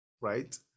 right